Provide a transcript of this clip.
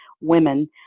women